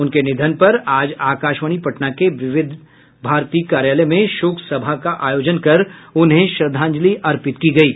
उनके निधन पर आज आकाशवाणी पटना के विविध भारती कार्यालय में शोक सभा का आयोजन कर उन्हें श्रद्धांजलि अर्पित की गयी